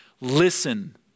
Listen